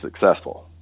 successful